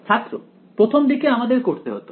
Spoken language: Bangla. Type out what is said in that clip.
ছাত্র প্রথম দিকে আমাদের করতে হতো